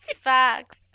Facts